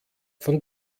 von